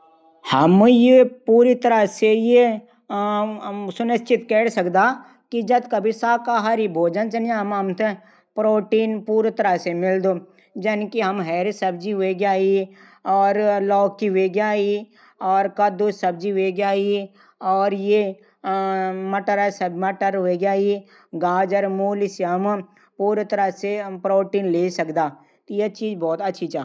हम य पूर तरह से सुनिश्चित कै सकदा कि जतका भी शाकाहारी भोजन छन। याः मा हमथै प्रोटीन पूरू तरह से मिलदू जन की हैरी सब्जी हवेग्याई और लौकी हवेग्याई कददू सब्जी हवेग्याई मटर हवेग्याई गाजर मूली शलजम से हम पूरी तरह प्रोटीन ले सकदा।